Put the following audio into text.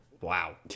wow